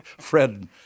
Fred